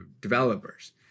developers